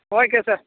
okay sir